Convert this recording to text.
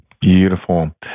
beautiful